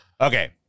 okay